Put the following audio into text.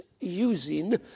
using